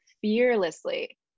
fearlessly